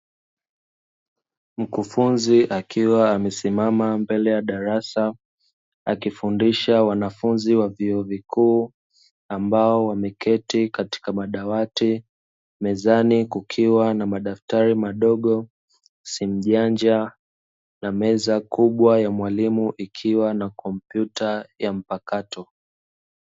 Mkufunzi akiwa amesimama mbele ya darasa, akifundisha wanafunzi wa vyuo vikuu ambao wameketi katika madawati, mezani kukiwa na madaftari madogo, simu janja na meza kubwa ya mwalimu ikiwa na kompyuta mpakato.